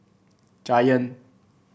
giant